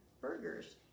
burgers